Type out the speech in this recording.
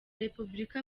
repubulika